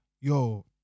yo